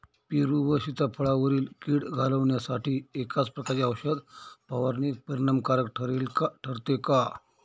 पेरू व सीताफळावरील कीड घालवण्यासाठी एकाच प्रकारची औषध फवारणी परिणामकारक ठरते का?